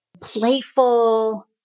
playful